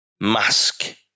Mask